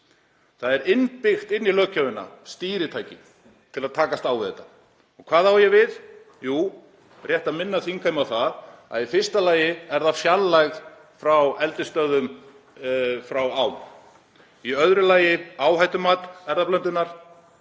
Það er innbyggt inn í löggjöfina stýritæki til að takast á við þetta. Og hvað á ég við? Jú, rétt að minna þingheim á það að í fyrsta lagi er það fjarlægð eldisstöðva frá ám. Í öðru lagi áhættumat erfðablöndunar.